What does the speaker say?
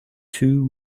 two